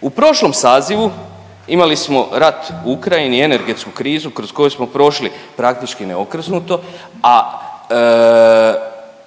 U prošlom sazivu imali smo rat u Ukrajini i energetsku krizu kroz koju smo prošli praktički neokrznuto, a